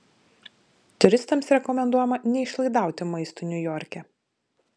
turistams rekomenduojama neišlaidauti maistui niujorke